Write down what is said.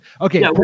Okay